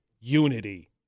unity